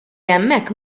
hemmhekk